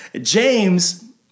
James